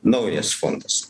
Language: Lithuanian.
naujas fondas